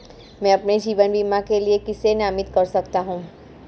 मैं अपने जीवन बीमा के लिए किसे नामित कर सकता हूं?